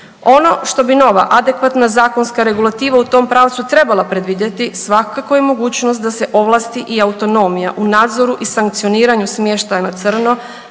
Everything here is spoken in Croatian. Ono što bi nova adekvatna zakonska regulativa u tom pravcu trebala predvidjeti svakako je mogućnost da se ovlasti i autonomija u nadzoru i sankcioniraju smještaja na crno